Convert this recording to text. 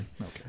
Okay